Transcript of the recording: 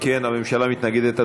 אם כן, הממשלה מתנגדת.